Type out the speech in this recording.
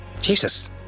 Jesus